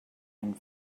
and